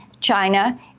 China